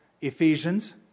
Ephesians